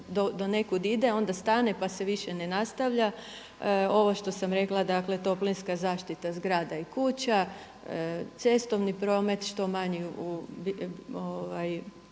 do nekud ide, onda stane, pa se više ne nastavlja. Ovo što sam rekla, dakle toplinska zaštita zgrada i kuća, cestovni promet što manji,